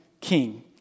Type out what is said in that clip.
king